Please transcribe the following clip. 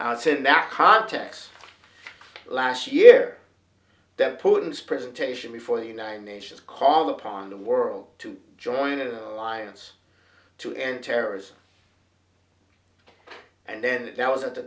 it's in that context last year that putin's presentation before the united nations called upon the world to join the alliance to end terrorist and then that was at the